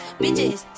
bitches